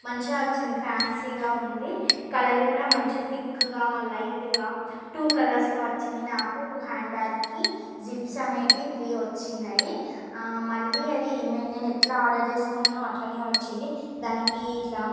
మంచిగా వచ్చింది ఫ్యాన్సీగా ఉంది కలర్ కూడా మంచి థిక్గా లైట్గా టూ కలర్స్లో వచ్చింది నాకు హ్యాండ్ బ్యాగ్కి జిప్స్ అనేటివి త్రీ వచ్చినాయి మళ్ళీ అది నేను ఎట్లా ఆర్డర్ చేసుకున్నానో అట్లానే వచ్చింది దానికి ఇట్లా